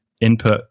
input